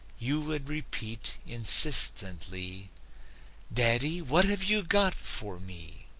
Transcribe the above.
you would repeat, insistently daddy, what have you got for me?